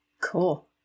Cool